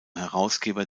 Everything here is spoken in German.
herausgeber